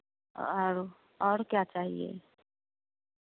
और और क्या चाहिए